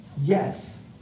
yes